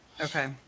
Okay